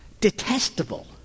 detestable